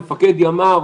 מפקד ימ"ר,